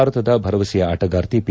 ಭಾರತದ ಭರವಸೆಯ ಆಣಗಾರ್ತಿ ಪಿ